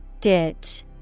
Ditch